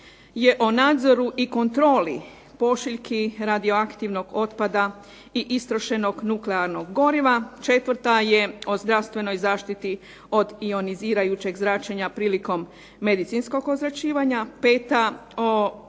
je o nadzoru i kontroli pošiljki radioaktivnog otpada i istrošenog nuklearnog goriva. Četvrta je o zdravstvenoj zaštiti od ionizirajućeg zračenja prilikom medicinskog ozračivanja. Peta